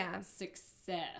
success